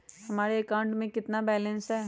हमारे अकाउंट में कितना बैलेंस है?